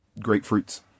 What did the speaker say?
grapefruits